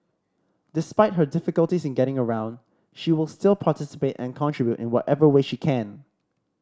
despite her difficulties in getting around she will still participate and contribute in whatever way she can